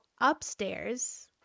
upstairs